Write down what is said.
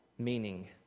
meaning